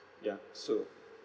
yeah so